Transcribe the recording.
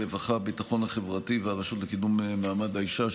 הרווחה, הביטחון החברתי והרשות לקידום מעמד האישה.